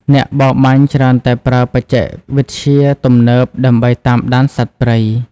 អ្នកបរបាញ់ច្រើនតែប្រើបច្ចេកវិទ្យាទំនើបដើម្បីតាមដានសត្វព្រៃ។